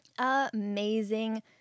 amazing